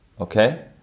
Okay